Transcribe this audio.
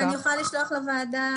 אני יכולה לשלוח לוועדה.